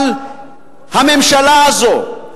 אבל הממשלה הזאת,